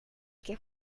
que